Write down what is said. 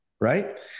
right